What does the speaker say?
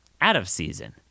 out-of-season